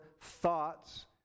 thoughts